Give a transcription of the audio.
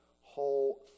whole